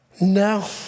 no